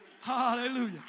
Hallelujah